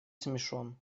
смешон